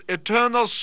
eternal